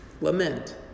lament